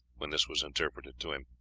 when this was interpreted to him.